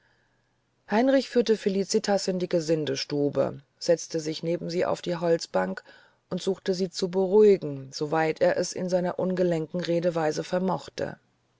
heinrich führte felicitas in die gesindestube setzte sich neben sie auf die holzbank und suchte sie zu beruhigen soweit er es in seiner ungelenken redeweise vermochte